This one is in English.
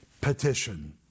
petition